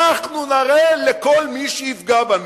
אנחנו נראה לכל מי שיפגע בנו.